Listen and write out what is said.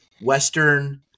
Western